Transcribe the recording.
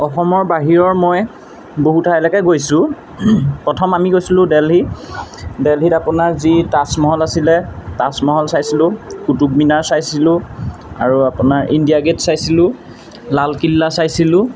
অসমৰ বাহিৰৰ মই বহুত ঠাইলৈকে গৈছোঁ প্ৰথম আমি গৈছিলোঁ দেল্হি দেলহিত আপোনাৰ যি তাজমহল আছিলে তাজমহল চাইছিলোঁ কুটুব মিনাৰ চাইছিলোঁ আৰু আপোনাৰ ইণ্ডিয়া গে'ট চাইছিলোঁ লাল কিল্লা চাইছিলোঁ